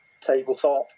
tabletop